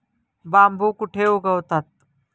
बांबू कुठे उगवतात?